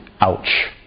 ouch